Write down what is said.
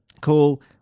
Cool